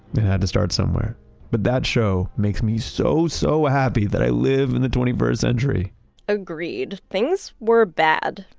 they had to start somewhere but that show makes me so so happy that i live in the twenty first century agreed. things were bad,